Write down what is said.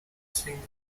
single